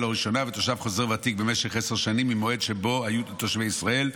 לראשונה ותושב חוזר ותיק במשך עשר שנים מהמועד שבו היו לתושבי ישראל.